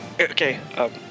okay